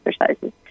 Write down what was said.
exercises